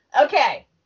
Okay